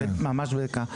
ממש בדקה.